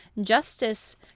justice